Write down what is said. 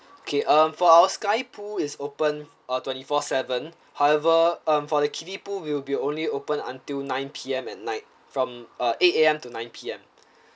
okay um for our sky pool is opened uh twenty-four seven however um for the kiddie pool will be only opened until nine P_M at night from uh eight A_M to nine P_M